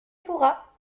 pourra